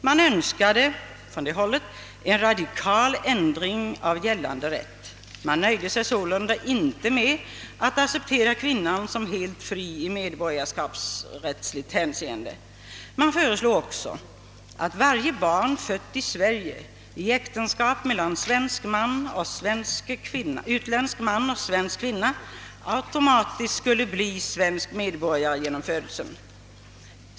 Man önskade en radikal ändring av gällande rätt. Man nöjde sig sålunda inte med att acceptera kvinnan som helt fri i medborgarskapsrättsligt hänseende. Man föreslog också att varje barn fött i Sverige i äktenskap mellan utländsk man och svensk kvinna automatiskt skulle bli svensk medborgare genom födelsen.